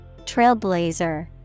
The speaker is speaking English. Trailblazer